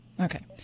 okay